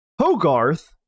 Hogarth